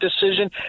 decision